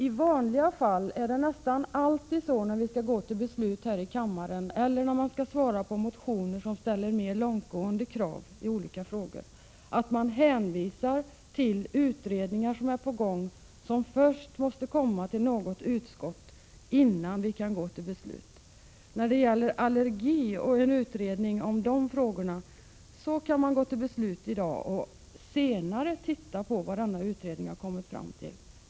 I vanliga fall är det nästan alltid så när vi här i kammaren skall gå till beslut eller när man skall svara på en motion som ställer mer långtgående krav, att man hänvisar till utredningar som är på gång, som först måste komma till något utskott innan riksdagen kan gå till beslut. Men när det gäller allergifrågorna kan man tydligen gå till beslut i dag och först senare titta på vad denna utredning har kommit fram till.